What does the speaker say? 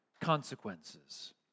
consequences